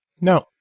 No